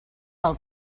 del